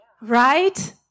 Right